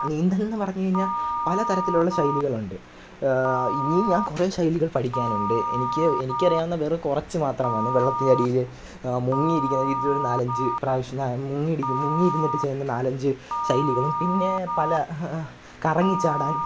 നീന്തല് എന്നു പറഞ്ഞു കഴിഞ്ഞാൽ പലതരത്തിലുള്ള ശൈലികളുണ്ട് ഇനി ഞാന് കുറേ ശൈലികള് പഠിക്കാനുണ്ട് എനിക്ക് എനിക്കറിയാവുന്ന വെറും കുറച്ചു മാത്രമാണ് വെള്ളത്തിന്റെ അടിയിൽ മുങ്ങിയിരിക്കുന്ന ഇത് നാലഞ്ചു പ്രാവശ്യം മുങ്ങിയിരിക്കുന്ന മുങ്ങിയിരുന്നു ചെയ്യുന്ന നാലഞ്ച് ശൈലികളും പിന്നേ പല കറങ്ങി ചാടാന്